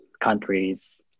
countries